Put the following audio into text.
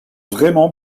vraiment